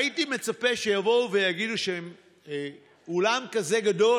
הייתי מצפה שיבואו ויגידו שבאולם כזה גדול